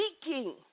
speaking